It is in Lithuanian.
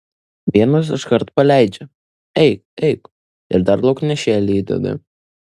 vienos iškart paleidžia eik eik ir dar lauknešėlį įdeda